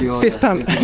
yeah fist pump!